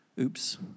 Oops